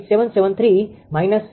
તેથી 𝑉2 0